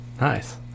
nice